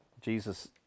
Jesus